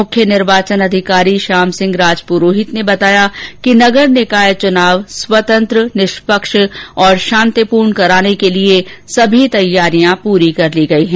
मुख्य निर्वाचन अधिकारी श्याम सिंह राजप्रोहित ने बताया कि नगर निकाय चुनाव स्वतंत्र निष्पक्ष और शांतिपूर्ण कराने के लिए सभी तैयारियां पूरी कर ली गई है